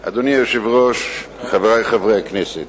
היושב-ראש, חברי חברי הכנסת,